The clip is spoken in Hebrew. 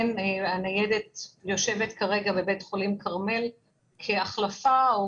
הניידת יושבת כרגע בבית חולים כרמל כהחלפה או